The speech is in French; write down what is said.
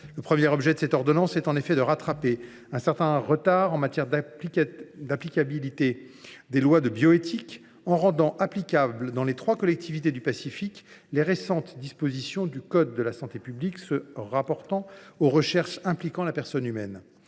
Le premier objet de cette ordonnance est en effet de rattraper un certain retard en matière d’applicabilité des lois de bioéthique en rendant applicables dans les trois collectivités du Pacifique les récentes dispositions du code de la santé publique se rapportant aux recherches impliquant la personne humaine